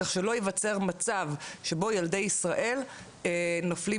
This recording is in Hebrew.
כך שלא ייווצר מצב שבו ילדי ישראל נופלים